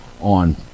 on